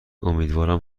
امیدوارم